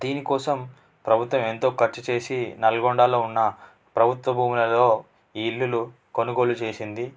దీనికోసం ప్రభుత్వం ఎంతో ఖర్చు చేసి నల్గొండలో ఉన్న ప్రభుత్వ భూములలో ఈ ఇల్లులు కొనుగోలు చేసింది